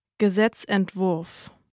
Gesetzentwurf